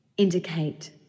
indicate